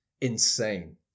insane